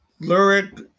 lyric